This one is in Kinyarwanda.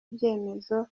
ibyemezo